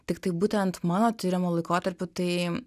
tiktai būtent mano tiriamu laikotarpiu tai